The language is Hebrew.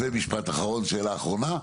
משפט אחרון, שאלה אחרונה.